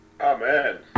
Amen